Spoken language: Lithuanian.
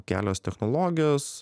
kelios technologijos